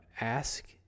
ask